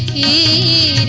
ie